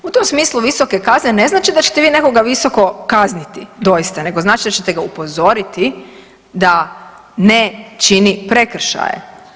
U tom smislu visoke kazne ne znače da ćete vi nekoga visoko kazniti doista nego znači da ćete ga upozoriti da ne čini prekršaje.